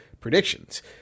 predictions